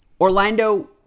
Orlando